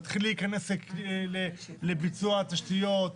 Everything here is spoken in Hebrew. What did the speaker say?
תתחיל להיכנס לביצוע תשתיות,